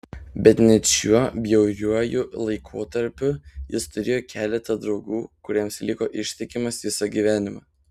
bet net šiuo bjauriuoju laikotarpiu jis turėjo keletą draugų kuriems liko ištikimas visą gyvenimą